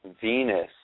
Venus